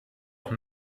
auch